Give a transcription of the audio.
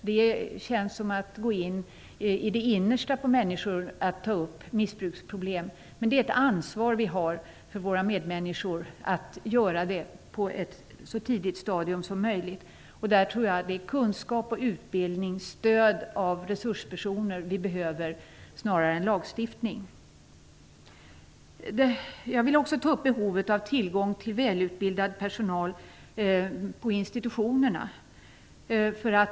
Det känns som att inkräkta på människors innersta att ta upp missbruksproblem. Men vi har ett ansvar för våra medmänniskor att göra det på ett så tidigt stadium som möjligt. Jag tror att det är kunskap, utbildning och stöd av resurspersoner vi behöver, snarare än lagstiftning. Jag vill också ta upp behovet av tillgång på välutbildad personal på institutionerna.